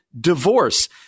divorce